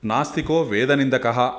नास्तिको वेदनिन्दकः